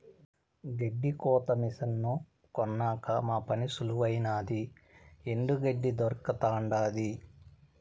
గెడ్డి కోత మిసను కొన్నాక మా పని సులువైనాది ఎండు గెడ్డే దొరకతండాది